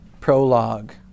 prologue